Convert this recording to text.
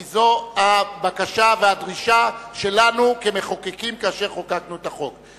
כי זו הבקשה והדרישה שלנו כמחוקקים כאשר חוקקנו את החוק.